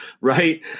right